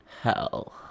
Hell